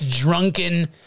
drunken